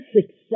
success